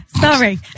Sorry